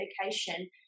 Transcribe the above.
medication